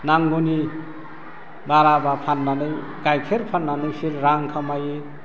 नांगौनि बाराबा फाननानै गाइखेर फाननानै बेसोर रां खामायो